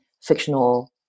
fictional